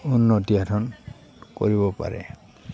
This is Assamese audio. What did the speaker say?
উন্নতি সাধন কৰিব পাৰে